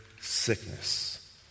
sickness